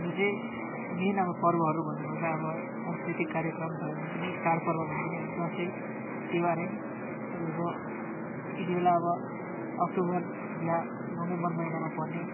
हाम्रो चाहिँ मेन अब पर्वहरू भन्नुपर्दा अब सांस्कृतिक कार्यक्रम भयो भने पनि चाड पर्व भने पनि अब दसैँ तिहार है तपाईँको यतिबेला अब अक्टोबर या नोभेम्बर महिनामा पर्ने